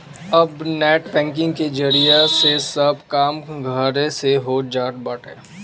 अब net banking के जरिया से सब काम घरे से हो जात बाटे